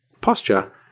posture